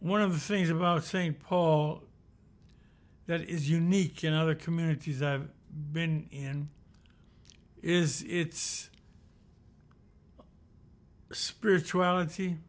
one of the things about st paul that is unique in other communities i've been is its spirituality